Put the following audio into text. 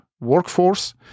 workforce